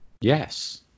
yes